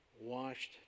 washed